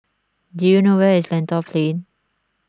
do you know where is Lentor Plain